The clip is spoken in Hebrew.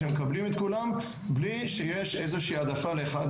שמקבלים את כולם בלי שיש איזו שהיא העדפה לאחד